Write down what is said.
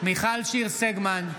מיכל שיר סגמן,